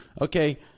Okay